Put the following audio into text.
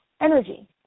energy